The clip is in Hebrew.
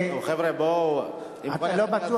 חבר'ה, בואו, אם כל אחד יתחיל,